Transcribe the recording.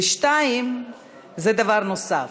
2. שזה דבר נוסף,